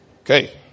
Okay